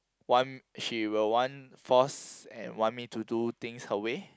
want she will want force and want me to do things her way